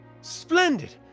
splendid